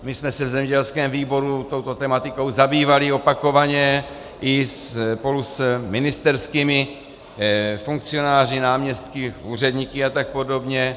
My jsme se v zemědělském výboru touto tematikou zabývali opakovaně i spolu s ministerskými funkcionáři, náměstky, úředníky a tak podobně.